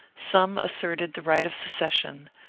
some asserted the right of secession,